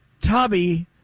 tubby